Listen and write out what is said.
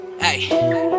Hey